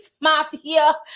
Mafia